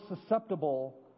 susceptible